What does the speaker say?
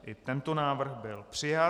I tento návrh byl přijat.